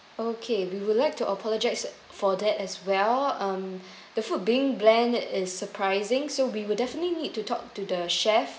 okay we would like to apologise for that as well um the food being bland is surprising so we will definitely need to talk to the chef